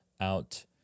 out